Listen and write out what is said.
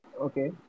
Okay